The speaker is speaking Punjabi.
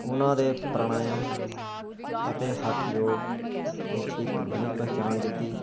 ਉਹਨਾਂ ਦੇ ਪ੍ਰਣਾਮਯਮ ਅਤੇ ਹੱਠ ਯੋਗ ਨੂੰ ਇੱਕ ਨਵੀਂ ਪਹਿਚਾਣ ਦਿੱਤੀ